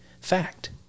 fact